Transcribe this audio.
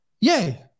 Yay